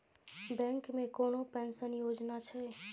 Bank मे कोनो pension योजना छै?